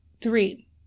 three